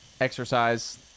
exercise